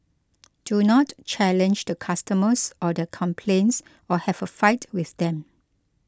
do not challenge the customers or their complaints or have a fight with them